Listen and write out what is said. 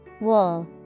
Wool